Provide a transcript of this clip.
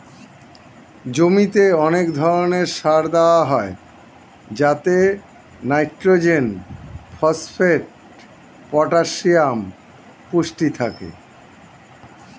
জমিতে অনেক ধরণের সার দেওয়া হয় যাতে নাইট্রোজেন, ফসফেট, পটাসিয়াম পুষ্টি থাকে